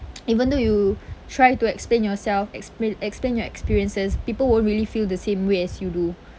even though you try to explain yourself explain explain your experiences people won't really feel the same way as you do